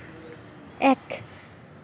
এক